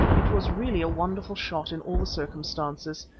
it was really a wonderful shot in all the circumstances,